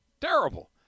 Terrible